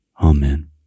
Amen